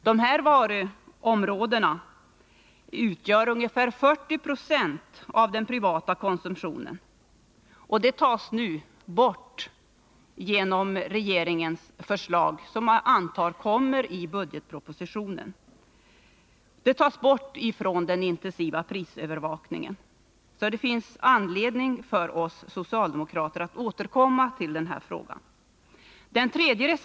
Dessa varuområden täcker ungefär 40 96 av den privata konsumtionen. De här områdena tas nu genom regeringens förslag, som jag antar kommer i budgetpropositionen, bort från den intensiva prisövervakningen. Det finns alltså anledning för oss socialdemokrater att återkomma till den här frågan.